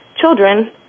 children